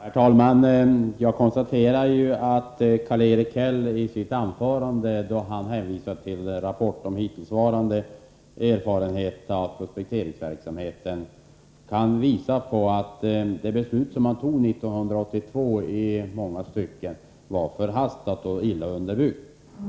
Herr talman! Jag konstaterar att Karl-Erik Hälls anförande, där han hänvisade till en rapport om hittillsvarande erfarenheter av prospekteringsverksamheten, visar att det beslut som fattades 1982 i många stycken var förhastat och illa underbyggt.